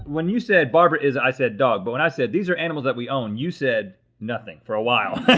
when you said, barbara is a. i said dog, but when i said these are animals that we own, you said nothing. for a while.